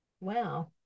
Wow